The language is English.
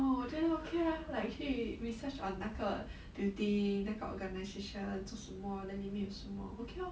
oh then okay lah like 去 research on 那个 building 那个 organisation 做什么 then 里面有什么 okay orh